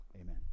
amen